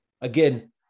Again